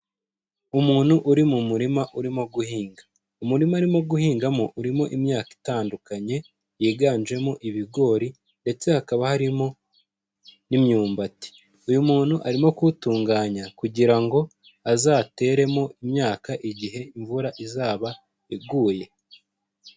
Umuntu uri mu murima urimo guhinga, umurima arimo guhingamo urimo imyaka itandukanye, yiganjemo ibigori ndetse hakaba harimo n'imyumbati, uyu muntu arimo kuwutunganya kugira ngo azateremo imyaka igihe imvura izaba iguye.